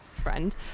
friend